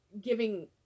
giving